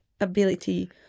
ability